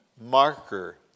Marker